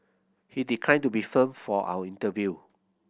he declined to be filmed for our interview